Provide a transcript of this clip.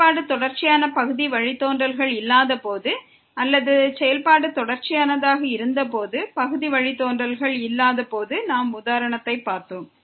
செயல்பாடு தொடர்ச்சியாக இல்லாதபோது பகுதி வழித்தோன்றல்கள் உள்ளன அல்லது செயல்பாடு தொடர்ச்சியாக இருந்தபோது பகுதி வழித்தோன்றல் இருக்காது என்ற உதாரணத்தைக் கண்டோம்